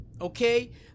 okay